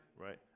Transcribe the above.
Right